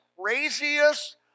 craziest